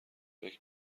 فکر